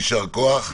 יישר כוח.